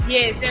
Yes